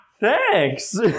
Thanks